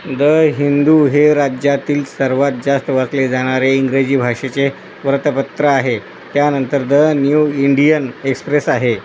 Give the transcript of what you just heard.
the Hindu हे राज्यातील सर्वात जास्त वाचले जाणारे इंग्रजी भाषेचे वृत्तपत्र आहे त्यानंतर द न्यू इंडियन एक्सप्रेस आहे